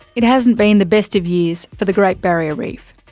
it hasn't been the best of years for the great barrier reef.